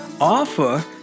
offer